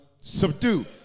subdue